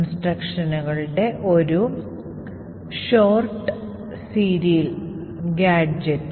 നിർദ്ദേശങ്ങളുടെ ഒരു ഹ്രസ്വ ശ്രേണിയാണ് ഗാഡ്ജെറ്റ്